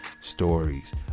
stories